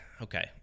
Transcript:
Okay